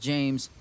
James